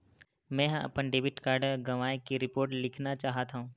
मेंहा अपन debit card गवाए के रिपोर्ट लिखना चाहत हव